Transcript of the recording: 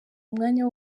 umwanya